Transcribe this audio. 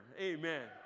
Amen